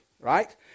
Right